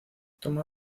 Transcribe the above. toma